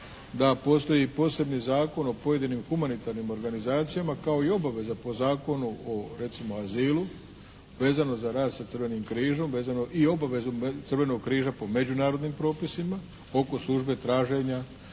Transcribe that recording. da postoji i posebni zakon o pojedinim humanitarnim organizacijama, kao i obaveza po Zakonu recimo o azilu vezano za rad sa Crvenim križom, vezano i obavezu Crvenog križa po međunarodnim propisima oko službe traženja